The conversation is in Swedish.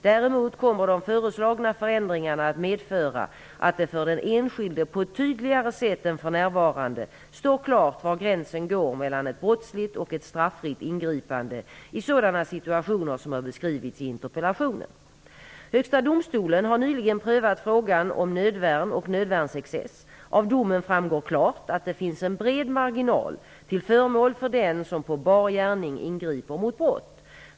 Däremot kommer de föreslagna förändringarna att medföra att det för den enskilde på ett tydligare sätt än för närvarande står klart var gränsen går mellan ett brottsligt och ett straffritt ingripande i sådana situationer som har beskrivits i interpellationen. Högsta domstolen har nyligen prövat frågan om nödvärn och nödvärnsexcess. Av domen framgår klart att det finns en bred marginal till förmån för den som på bar gärning ingriper mot brott.